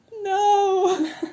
no